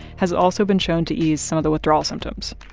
has also been shown to ease some of the withdrawal symptoms.